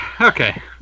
Okay